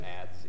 ads